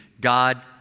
god